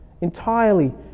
entirely